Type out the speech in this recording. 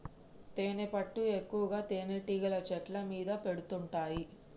తేనెపట్టు ఎక్కువగా తేనెటీగలు చెట్ల మీద పెడుతుంటాయి